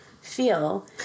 feel